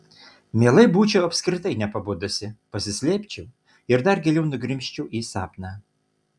mielai būčiau apskritai nepabudusi pasislėpčiau ir dar giliau nugrimzčiau į sapną